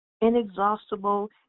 inexhaustible